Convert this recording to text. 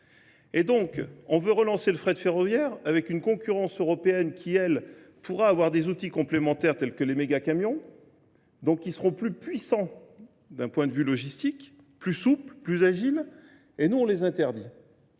Et donc, on veut relancer le frais de ferroviaire avec une concurrence européenne qui, elle, pourra avoir des outils complémentaires tels que les mégacamions, Donc ils seront plus puissants d'un point de vue logistique, plus souples, plus agiles et nous on les interdit.